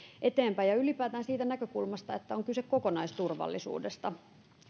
eteenpäin ja ylipäätään siitä näkökulmasta että on kyse kokonaisturvallisuudesta